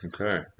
Okay